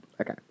Okay